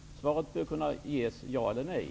Svaret bör kunna ges som ja eller nej.